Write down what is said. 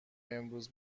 امروز